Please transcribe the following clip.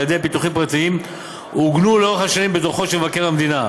ידי הביטוחים הפרטיים עוגנו לאורך השנים בדוחות של מבקר המדינה,